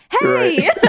Hey